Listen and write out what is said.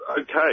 okay